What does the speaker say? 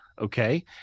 okay